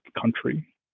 country